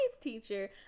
teacher